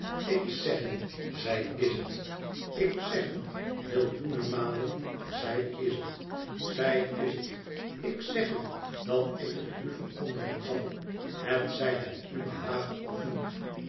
ik zeg u zij is het ik zeg u millioenen malen zij is het zij is het ik zeg u dat ik het u verkondigen zal hetzij het u behage of niet